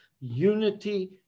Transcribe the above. unity